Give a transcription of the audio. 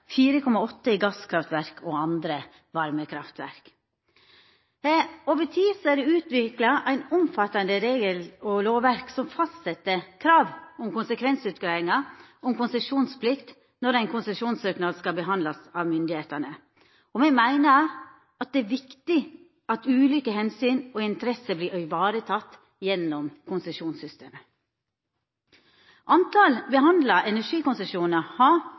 4,8 i gasskraftverk og andre varmekraftverk. Over tid er det utvikla eit omfattande regel- og lovverk som fastset krav om konsekvensutgreiingar og konsesjonsplikt når ein konsesjonssøknad skal behandlast av myndigheitene. Me meiner det er viktig at ulike omsyn og interesser vert ivaretekne gjennom konsesjonssystemet. Talet behandla energikonsesjonar har